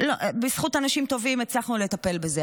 בזכות אנשים טובים הצלחנו לטפל בזה.